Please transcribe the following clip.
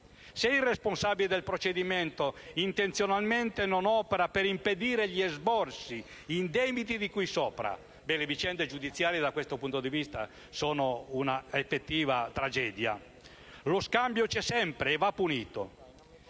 Se il responsabile del procedimento intenzionalmente non opera per impedire gli esborsi indebiti di cui sopra - e le vicende giudiziarie da questo punto di vista sono un'effettiva tragedia - lo scambio c'è sempre e va punito.